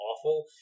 awful